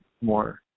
more